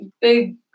big